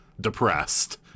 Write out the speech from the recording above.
depressed